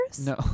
No